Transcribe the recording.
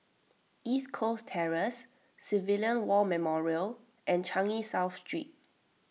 East Coast Terrace Civilian War Memorial and Changi South Street